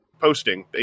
posting